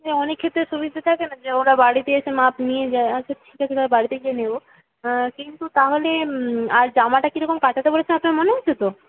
সে অনেক ক্ষেত্রে সুবিধা থাকে না যে ওরা বাড়িতে এসে মাপ নিয়ে যায় আচ্ছা ঠিক আছে তাহলে বাড়িতে গিয়ে নেবো কিন্তু তাহলে আর জামাটা কি রকম কাটাতে বলেছিলাম আপনার মনে আছে তো